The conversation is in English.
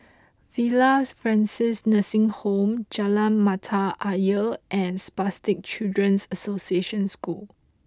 Villa Francis Nursing Home Jalan Mata Ayer and Spastic Children's Association School